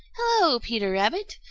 hello, peter rabbit!